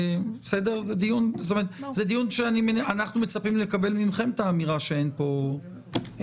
אנחנו מצפים לקבל מכם את האמירה שאין פה בעיה.